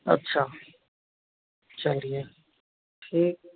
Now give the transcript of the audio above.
अच्छा चलिए ठीक है